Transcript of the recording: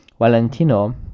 Valentino